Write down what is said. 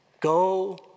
Go